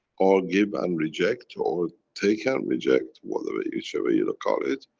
or, give and reject, or, take and reject, whatever, in whichever you'll call it,